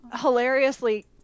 hilariously